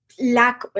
lack